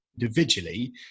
individually